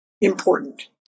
important